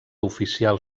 oficial